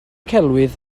celwydd